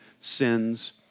sins